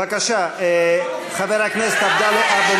בבקשה, חבר הכנסת עבדאללה אבו